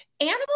Animals